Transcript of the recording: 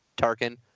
tarkin